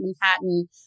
Manhattan